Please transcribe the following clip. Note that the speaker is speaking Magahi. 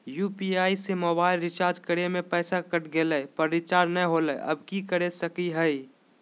यू.पी.आई से मोबाईल रिचार्ज करे में पैसा कट गेलई, पर रिचार्ज नई होलई, अब की कर सकली हई?